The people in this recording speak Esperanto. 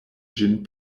ĝin